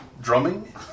Drumming